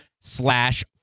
slash